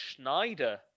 Schneider